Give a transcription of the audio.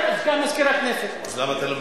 רואים שינוי